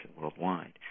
worldwide